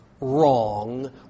wrong